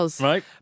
Right